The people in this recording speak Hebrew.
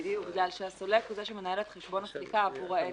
בגלל שהסולק הוא זה שמנהל את חשבון הסליקה עבור העסק.